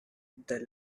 the